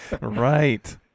Right